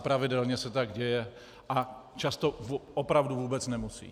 Pravidelně se tak děje a často opravdu vůbec nemusí.